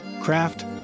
craft